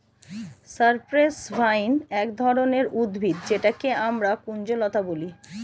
cypress vine এক ধরনের উদ্ভিদ যেটাকে আমরা কুঞ্জলতা বলি